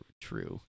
true